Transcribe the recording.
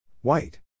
White